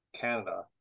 Canada